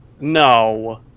no